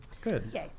Good